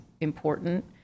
important